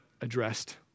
addressed